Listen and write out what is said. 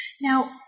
Now